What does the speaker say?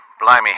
Blimey